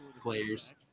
players